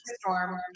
Storm